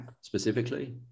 specifically